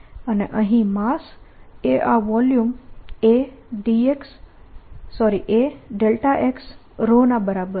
અને અહીં માસ એ આ વોલ્યુમ A x ના બરાબર છે